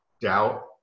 doubt